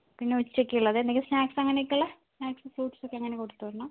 പിന്നെ ഉച്ചയ്ക്കുള്ളത് എന്തെങ്കിലും സ്നാക്സ് അങ്ങനെ ഒക്കെ ഉള്ള സ്നാക്സും ഫ്രൂട്ട്സൊക്കെ അങ്ങനെ കൊടുത്തു വിടണം